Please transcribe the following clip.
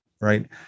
right